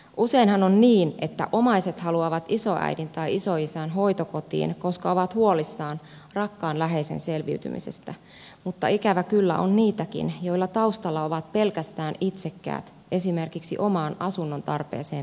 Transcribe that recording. useinhan on niin että omaiset haluavat isoäidin tai isoisän hoitokotiin koska ovat huolissaan rakkaan läheisen selviytymisestä mutta ikävä kyllä on niitäkin joilla taustalla ovat pelkästään itsekkäät esimerkiksi omaan asunnontarpeeseen liittyvät syyt